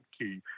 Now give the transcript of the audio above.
key